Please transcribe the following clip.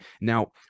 now